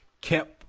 kept